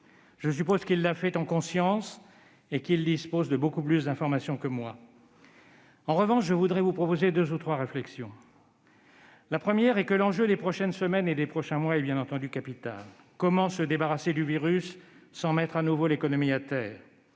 Je suppose qu'il l'a fait en conscience et qu'il dispose de beaucoup plus d'informations que moi. En revanche, je voudrais vous soumettre deux ou trois réflexions. Première réflexion : l'enjeu des prochaines semaines et des prochains mois est capital. Comment se débarrasser du virus sans mettre à nouveau l'économie à terre ?